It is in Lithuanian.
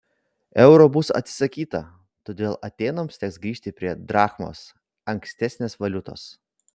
euro bus atsisakyta todėl atėnams teks grįžti prie drachmos ankstesnės valiutos